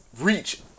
reach